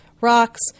rocks